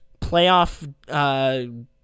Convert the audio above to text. playoff